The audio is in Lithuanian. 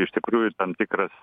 iš tikrųjų ir tam tikras